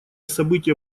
события